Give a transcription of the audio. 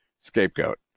scapegoat